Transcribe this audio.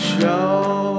Show